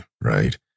right